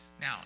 Now